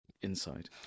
inside